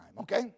Okay